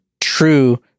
true